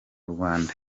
rwanda